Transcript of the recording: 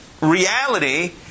reality